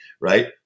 right